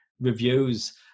Reviews